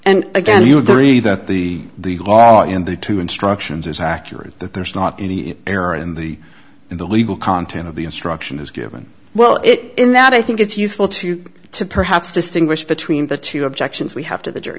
and again you agree that the the law in the two instructions is accurate that there's not any error in the in the legal content of the instruction is given well it in that i think it's useful to to perhaps distinguish between the two objections we have to the jury